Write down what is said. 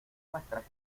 nuestras